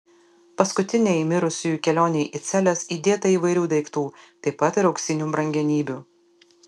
paskutinei mirusiųjų kelionei į celes įdėta įvairių daiktų taip pat ir auksinių brangenybių